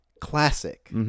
Classic